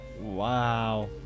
wow